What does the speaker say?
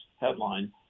headline